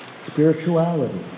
spirituality